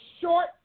short